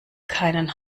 keinen